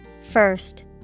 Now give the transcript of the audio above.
First